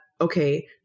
okay